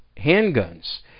handguns